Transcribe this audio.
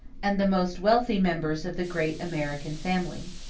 and the most wealthy members of the great american family.